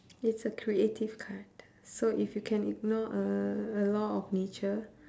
it's a creative card so if you can ignore a a law of nature